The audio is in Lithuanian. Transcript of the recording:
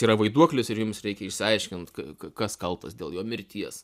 yra vaiduoklis ir jums reikia išsiaiškint kas kaltas dėl jo mirties